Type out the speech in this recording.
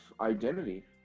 identity